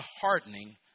hardening